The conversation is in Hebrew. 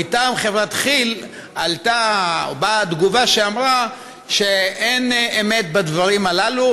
מטעם חברת כי"ל עלתה או באה התגובה שאמרה שאין אמת בדברים הללו,